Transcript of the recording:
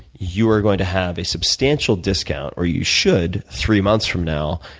you are going to have a substantial discount, or you should, three months from now,